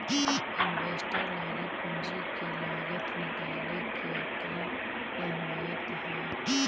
Investor लागी पूंजी के लागत निकाले के का अहमियत हई?